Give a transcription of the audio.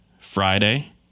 Friday